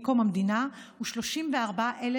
מקום המדינה הוא 34,037,